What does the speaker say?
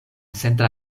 centra